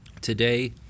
Today